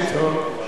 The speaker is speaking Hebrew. אוקיי, טוב.